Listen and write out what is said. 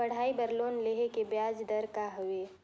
पढ़ाई बर लोन लेहे के ब्याज दर का हवे?